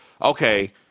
Okay